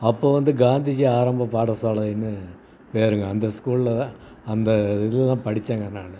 அப்போது வந்து காந்திஜி ஆரம்ப பாடசாலைன்னு பேருங்க அந்த ஸ்கூலில்தான் அந்த இதில்தான் படித்தேங்க நான்